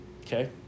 okay